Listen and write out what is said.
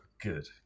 Good